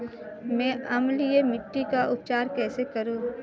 मैं अम्लीय मिट्टी का उपचार कैसे करूं?